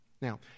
Now